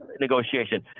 negotiation